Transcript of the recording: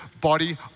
body